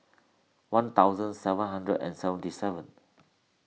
one thousand seven hundred and seventy seven